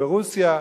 ברוסיה,